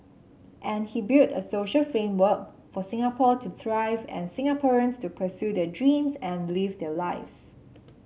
and he build a social framework for Singapore to thrive and Singaporeans to pursue their dreams and live their lives